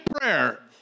prayer